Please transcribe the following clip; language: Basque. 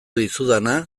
dizudana